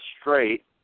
straight